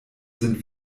sind